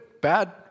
bad